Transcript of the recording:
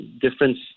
difference